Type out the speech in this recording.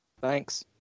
Thanks